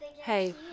Hey